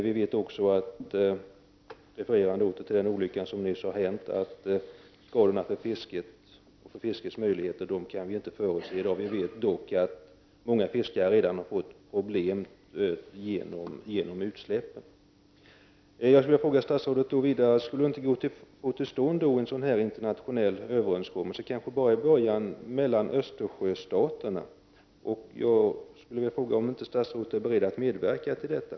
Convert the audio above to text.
Med tanke på den olycka som nyss har hänt vet vi att skadorna för fisket inte kan förutses. Många fiskare har dock redan fått problem genom utsläppen. Jag vill vidare fråga statsrådet: Skulle det inte gå att få till stånd en internationell överenskommelse, kanske till att börja med bara mellan Östersjöstaterna? Är statsrådet beredd att medverka till detta?